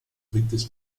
drittes